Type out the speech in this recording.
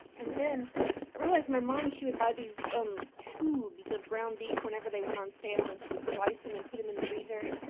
and then i realized my mom, she would buy these tubes of ground beef whenever they went on sale, and she would slice them and put them in the freezer. and,